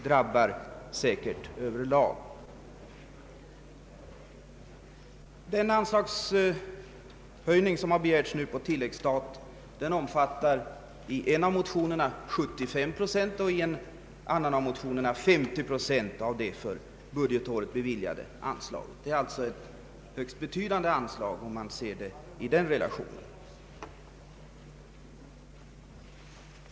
Den anslagshöjning som nu begärts på tilläggsstat omfattar i en motion 75 procent och i en annan 50 procent av det för budgetåret beviljade anslaget. Det är alltså en högst betydande höjning av anslaget, om man ser det i den relationen.